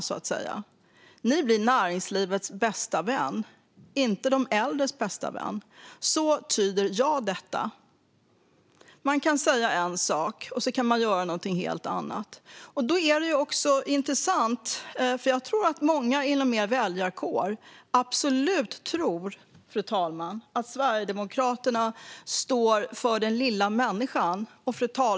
Sverigedemokraterna blir näringslivets bästa vän, inte de äldres. Så tyder jag detta. Man kan säga en sak och sedan göra något helt annat. Jag tror att många i Sverigedemokraternas väljarkår absolut tror, fru talman, att de står för den lilla människan.